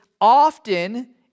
often